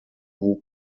who